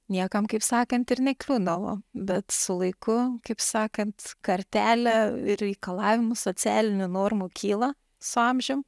niekam kaip sakant ir nekliūdavo bet su laiku kaip sakant kartelę reikalavimų socialinių normų kyla su amžium